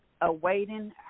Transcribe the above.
awaiting